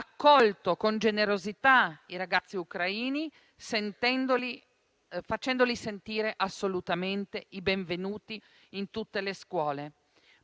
accolto con generosità i ragazzi ucraini, facendoli sentire assolutamente i benvenuti in tutte le scuole.